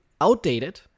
outdated